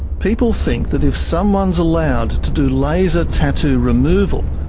people think that if someone's allowed to do laser tattoo removal,